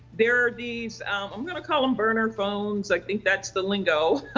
there are these i'm going to call them burner phones. i think that's the lingo.